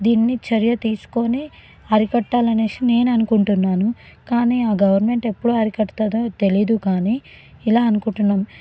దీన్ని చర్య తీసుకొని అరికట్టాలి అనేసి నేను అనుకుంటున్నాను కానీ ఆ గవర్నమెంట్ ఎప్పుడు అరికడతాదో తెలీదు కానీ ఇలా అనుకుంటున్నాం